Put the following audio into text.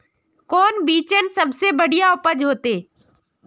कौन बिचन सबसे बढ़िया उपज होते?